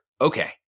Okay